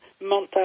mental